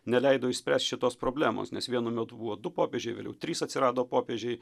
neleido išspręst šitos problemos nes vienu metu buvo du popiežiai vėliau trys atsirado popiežiai